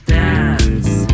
dance